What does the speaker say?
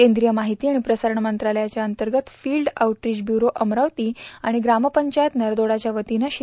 केंद्रीय माहिती आणि प्रसारण मंत्रालया अंतर्गत फिल्ड औउटरिच व्यूरो अमरावती आणि ग्रामपंचायत नरदोडाव्या वतीनं श्री